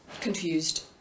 Confused